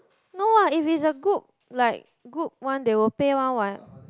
no what if it's a good like good one they will pay one what